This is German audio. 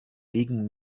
liegen